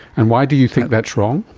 and why do you think that's wrong?